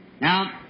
Now